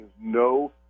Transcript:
no